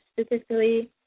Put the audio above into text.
specifically